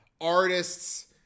artists